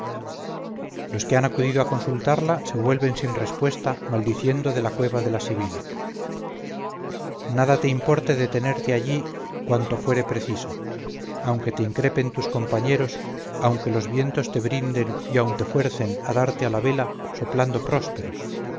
los que han acudido a consultarla se vuelven sin respuesta maldiciendo de la cueva de la sibila nada te importe detenerte allí cuanto fuere preciso aunque te increpen tus compañeros aunque los vientos te brinden y aun te fuercen a darte a la vela soplando prósperos